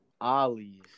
Ollie's